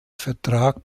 vertrag